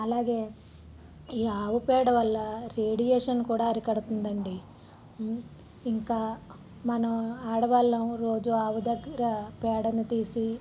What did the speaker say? అలాగే ఈ ఆవుపేడ వల్ల రేడియేషన్ కూడా అరికడుతుండీ అండి ఇంకా మనం ఆడవాళ్ళం రోజు ఆవు దగ్గర పేడను తీసి